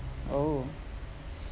oh